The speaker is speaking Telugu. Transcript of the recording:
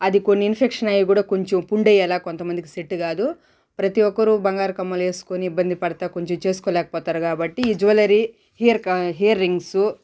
అది కొన్ని ఇన్ఫెక్షన్ అయ్యి కూడా కొంచెం పుండు అయ్యేలాగా కొంతమందికి సెట్ కాదు ప్రతి ఒక్కరు బంగారు కమ్మలు వేసుకొని ఇబ్బంది పడతు కొంచెం చేసుకోలేకపోతారు కాబట్టి ఈ జ్యువెలరీ ఇయర్ క ఇయర్ రింగ్స్